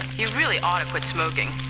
you really ought to quit smoking